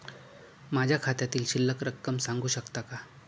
माझ्या खात्यातील शिल्लक रक्कम सांगू शकता का?